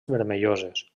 vermelloses